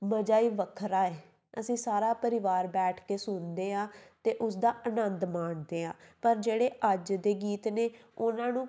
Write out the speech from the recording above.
ਮਜ਼ਾ ਹੀ ਵੱਖਰਾ ਹੈ ਅਸੀਂ ਸਾਰਾ ਪਰਿਵਾਰ ਬੈਠ ਕੇ ਸੁਣਦੇ ਹਾਂ ਅਤੇ ਉਸਦਾ ਆਨੰਦ ਮਾਣਦੇ ਹਾਂ ਪਰ ਜਿਹੜੇ ਅੱਜ ਦੇ ਗੀਤ ਨੇ ਉਹਨਾਂ ਨੂੰ